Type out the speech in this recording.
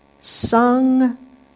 sung